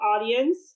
audience